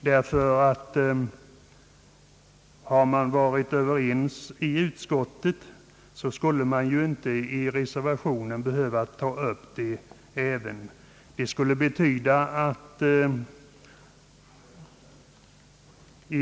När vi var överens i utskottet, hade man ju inte behövt ta upp detta spörsmål i reservationen.